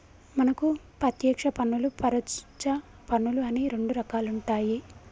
మనకు పత్యేక్ష పన్నులు పరొచ్చ పన్నులు అని రెండు రకాలుంటాయి